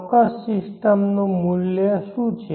ચોક્કસ સિસ્ટમનું મૂલ્ય શું છે